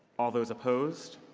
all those opposed?